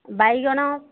ବାଇଗଣ